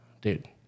Dude